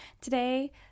today